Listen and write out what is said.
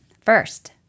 First